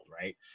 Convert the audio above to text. right